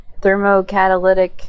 thermocatalytic